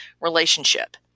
relationship